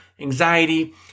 anxiety